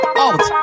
out